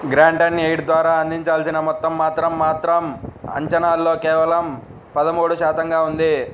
grant on aid ద్వారా అందాల్సిన మొత్తం మాత్రం మాత్రం అంచనాల్లో కేవలం పదమూడు శాతంగా ఉంది